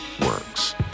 works